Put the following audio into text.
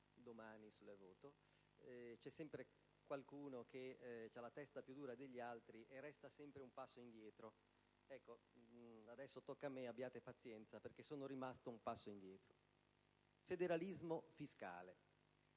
domani sul voto), c'è sempre qualcuno che ha la testa più dura degli altri e resta sempre un passo indietro. Adesso tocca a me: abbiate pazienza, perché sono rimasto un passo indietro. Federalismo fiscale: